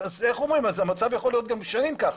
אז המצב יכול להיות גם שנים ככה.